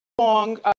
long